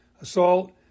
assault